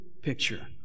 picture